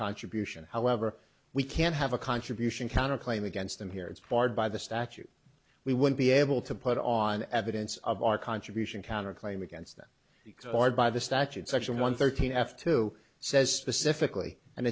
contribution however we can't have a contribution counter claim against them here it's barred by the statute we would be able to put on evidence of our contribution counter claim against them because our by the statute section one thirteen f two says pacifically and